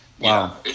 Wow